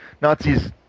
Nazis